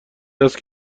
است